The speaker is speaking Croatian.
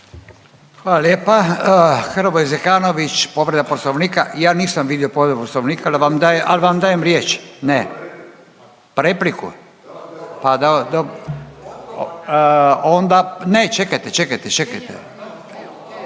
Hvala lijepa. Hrvoje Zekanović, povreda Poslovnika. Ja nisam vidio povredu Poslovnika ali vam dajem riječ. Ne? Repliku? Dobro. Onda ne, čekajte, čekajte, čekajte.